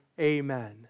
Amen